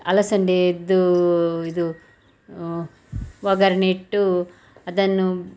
ಅಲಸಂದೆದ್ದೂ ಇದು ಒಗ್ಗರ್ಣೆ ಇಟ್ಟು ಅದನ್ನು